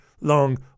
long